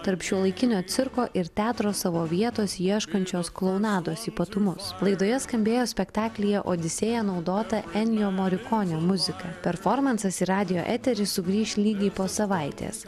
tarp šiuolaikinio cirko ir teatro savo vietos ieškančios klounados ypatumus laidoje skambėjo spektaklyje odisėja naudota morikonio muzika performansas į radijo eterį sugrįš lygiai po savaitės